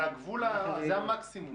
זה המקסימום.